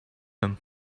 him